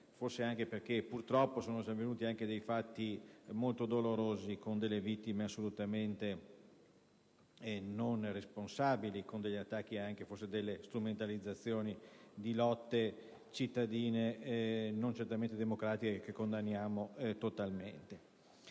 forse perché purtroppo sono avvenuti fatti molto dolorosi con delle vittime assolutamente non responsabili e degli attacchi e delle strumentalizzazioni di lotte cittadine, non certamente democratiche che condanniamo totalmente.